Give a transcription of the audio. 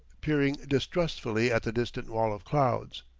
peering distrustfully at the distant wall of cloud.